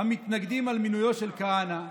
המתנגדים למינויו של כהנא.